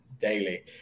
daily